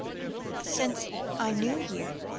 since i knew you,